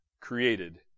created